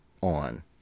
on